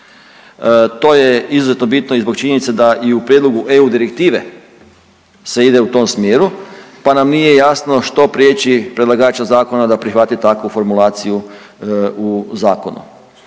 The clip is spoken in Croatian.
To je izuzetno bitno i zbog činjenice da i u prijedlogu EU direktive se ide u tom smjeru pa nam nije jasno što prijeći predlagača zakona da prihvati takvu formulaciju u zakonu